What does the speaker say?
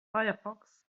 firefox